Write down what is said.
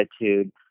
attitude